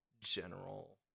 general